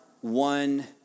one